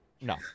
No